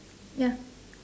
ya